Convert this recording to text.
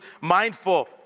mindful